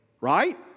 Right